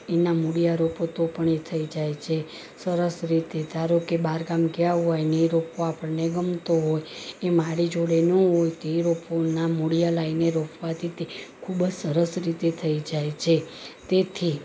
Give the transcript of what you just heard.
એના મૂળીયા રોપો તો પણ એ થઈ જાય છે સરસ રીતે ધારોકે બહાર ગામ ગયા હોય ને એ રોપવા આપણે ગમતો હોય એ મારી જોડે ન હોય તે રોપોના મૂળીયા લાવીને રોપવાથી તે ખૂબ જ સરસ રીતે થઈ જાય છે તેથી